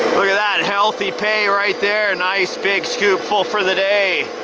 look at that healthy pay right there, a nice, big scoopful for the day.